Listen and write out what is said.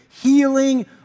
healing